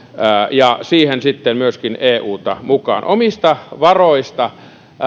ja siihen sitten myöskin euta mukaan omista varoista